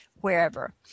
wherever